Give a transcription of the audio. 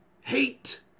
hate